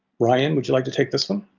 ryan, would you like to take this one?